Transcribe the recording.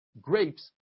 grapes